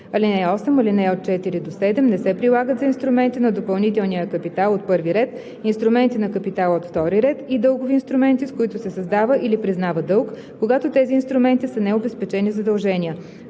(8) Алинеи 4 – 7 не се прилагат за инструменти на допълнителния капитал от първи ред, инструменти на капитала от втори ред и дългови инструменти, с които се създава или признава дълг, когато тези инструменти са необезпечени задължения.